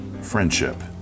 friendship